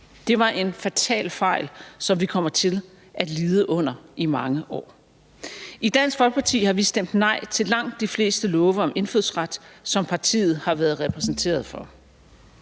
Det var en fatal fejl, som vi kommer til at lide under i mange år. I Dansk Folkeparti har vi stemt nej til langt de fleste love om indfødsret, som partiet har været præsenteret for,